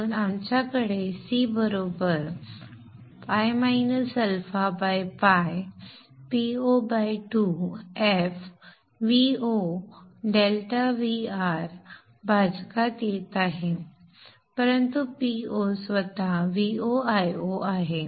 म्हणून आमच्याकडे C ᴨ αᴨ Po 2 f Vo∆Vr भाजकात येत आहे परंतु Po स्वतः VoIo आहे